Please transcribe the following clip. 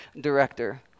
director